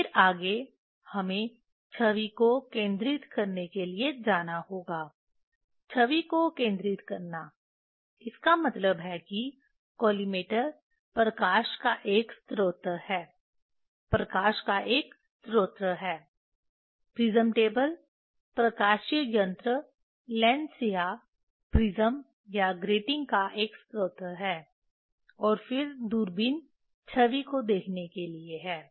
फिर आगे हमें छवि को केंद्रित करने के लिए जाना होगा छवि को केंद्रित करना इसका मतलब है कि कॉलिमेटर प्रकाश का एक स्रोत है प्रकाश का एक स्रोत है प्रिज्म टेबल प्रकाशीय यंत्र लेंस या प्रिज्म या ग्रेटिंग का एक स्रोत है और फिर दूरबीन छवि को देखने के लिए है